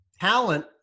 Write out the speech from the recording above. Talent